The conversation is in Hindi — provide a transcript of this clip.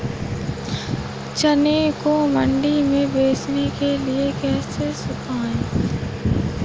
चने को मंडी में बेचने के लिए कैसे सुखाएँ?